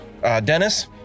Dennis